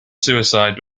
suicide